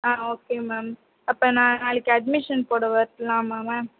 ஆ okay ma'am அப்போ நான் நாளைக்கு அட்மிஷன் போட வர்லாமா மேம்